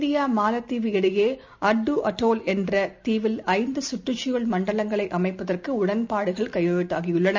இந்தியாமாலத்தீவு இடையேஅட்டுஅடோல் என்றதீவில் ஐந்துசுற்றுச் சூழல் மண்டலங்களை அமைப்பதற்குஉடன்பாடுகள் கையெழுத்தாகியுள்ளன